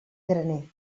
graner